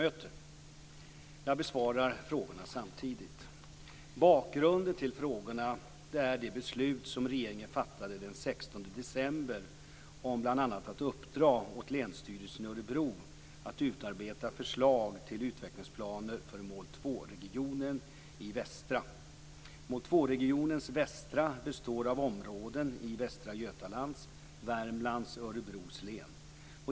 Jag besvarar frågorna samtidigt. Bakgrunden till frågorna är det beslut som regeringen fattade den 16 december om bl.a. att uppdra åt Länsstyrelsen i Örebro att utarbeta förslag till utvecklingsplaner för mål 2-regionen Västra. Mål 2 regionen Västra består av områden i Västra Götalands, Värmlands och Örebro län.